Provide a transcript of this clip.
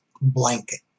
blanket